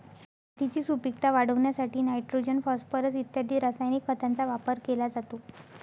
मातीची सुपीकता वाढवण्यासाठी नायट्रोजन, फॉस्फोरस इत्यादी रासायनिक खतांचा वापर केला जातो